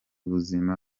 ubuzima